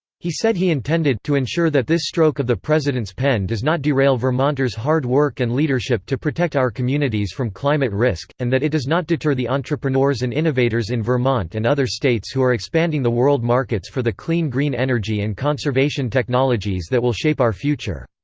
he said he intended to ensure that this stroke of the president's pen does not derail vermonters' hard work and leadership to protect our communities from climate risk, and that it does not deter the entrepreneurs and innovators in vermont and other states who are expanding the world markets for the clean green energy and conservation technologies that will shape our future.